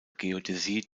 geodäsie